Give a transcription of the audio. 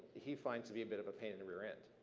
he finds to be a bit of a pain in the rear end.